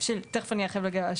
תכף אני ארחיב לגביו,